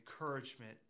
encouragement